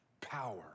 power